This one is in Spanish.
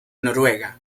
noruega